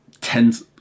tens